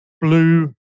blue